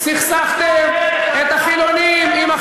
אין לך